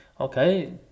okay